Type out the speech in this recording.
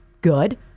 Good